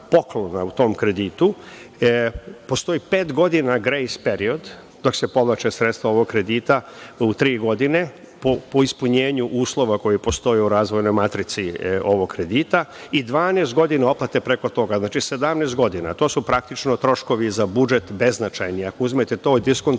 u tom kreditu. Postoji pet godina „grejs“ period, dok se povlače sredstva ovog kredita u tri godine, po ispunjenju uslova koje postoje u razvojnoj matrici ovog kredita, i 12 godina otplate preko toga. Znači, 17 godina. To su praktično troškovi za budžet beznačajni. Ako uzmete to i diskontujete